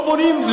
לא בונים,